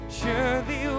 surely